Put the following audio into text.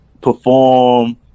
perform